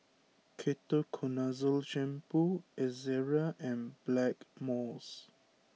Ketoconazole Shampoo Ezerra and Blackmores